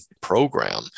program